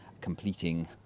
completing